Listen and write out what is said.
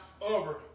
over